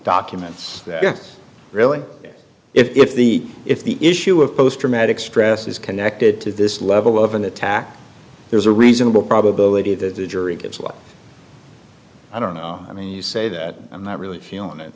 documents really if the if the issue of post traumatic stress is connected to this level of an attack there's a reasonable probability that the jury gives a lot i don't know i mean you say that i'm not really feeling it